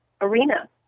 arena